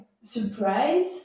surprise